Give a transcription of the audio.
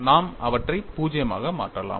நாம் அவற்றை 0 ஆக மாற்றலாம்